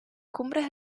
cumbres